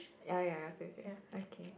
ya ya ya same same okay